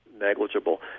negligible